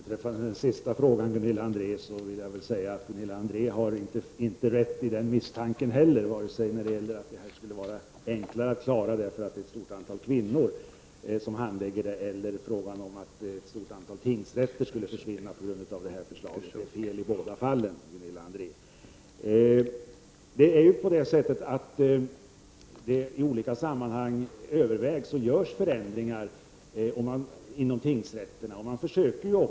Herr talman! Beträffande den sista frågan, Gunilla André, vill jag säga att Gunilla André inte har rätt när det gäller den misstanken heller. Det stämmer inte att det skulle vara enklare att klara detta därför att det är ett stort antal kvinnor som handlägger eller att ett stort antal tingsrätter skulle försvinna på grund av detta förslag. Det är fel i båda fallen, Gunilla André. I olika sammanhang övervägs och genomförs förändringar inom tingsrätterna.